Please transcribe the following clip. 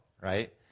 right